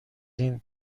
این